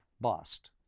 Bust